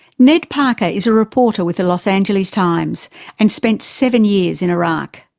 ned parker is a reporter with the los angeles times and spent seven years in iraq.